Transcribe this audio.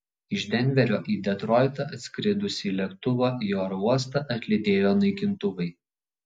iš denverio į detroitą atskridusį lėktuvą į oro uostą atlydėjo naikintuvai